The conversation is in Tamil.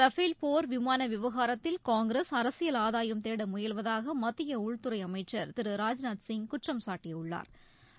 ரஃபேல் போர் விமான விவகாரத்தில் காங்கிரஸ் அரசியல் ஆதாயம்தேட முயல்வதாக மத்திய உள்துறை அமைச்சா் திரு ராஜ்நாத்சிங் குற்றம்சாட்டியுள்ளாா்